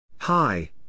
Hi